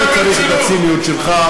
לא צריך את הציניות שלך.